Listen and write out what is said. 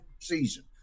season